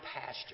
pasture